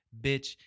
bitch